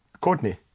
courtney